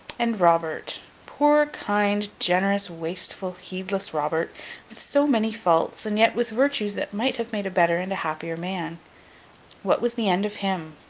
and robert poor, kind, generous, wasteful, heedless robert, with so many faults, and yet with virtues that might have made a better and a happier man what was the end of him?